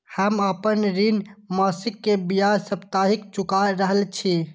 हम आपन ऋण मासिक के ब्याज साप्ताहिक चुका रहल छी